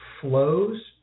flows